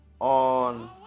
on